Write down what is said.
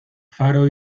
faro